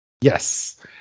Yes